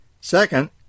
Second